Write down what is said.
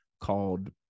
called